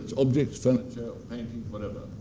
objects, furniture, or paintings, whatever,